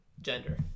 gender